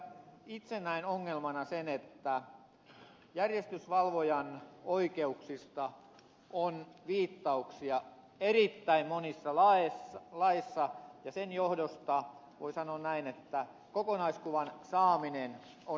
itse näen ongelmana sen että järjestyksenvalvojan oikeuksista on viittauksia erittäin monissa laeissa ja sen johdosta voi sanoa näin että kokonaiskuvan saaminen on vaikeaa